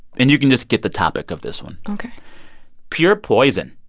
and you can just get the topic of this one ok pure poison,